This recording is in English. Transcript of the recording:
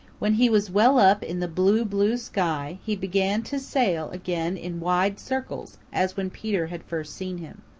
when he was well up in the blue, blue sky, he began to sail again in wide circles as when peter had first seen him.